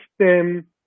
system